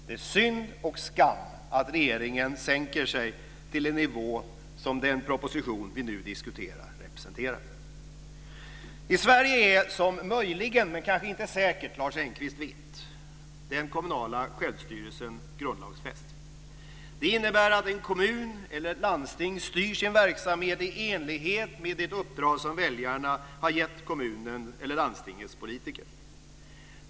Det är synd och skam att regeringen sänker sig till en nivå som den proposition som vi nu diskuterar representerar. I Sverige är som möjligen men kanske inte säkert Lars Engqvist vet den kommunala självstyrelsen grundlagsfäst. Det innebär att en kommun eller ett landsting styr sin verksamhet i enlighet med det uppdrag som väljarna har gett kommunens eller landstingets politiker.